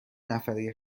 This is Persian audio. نفره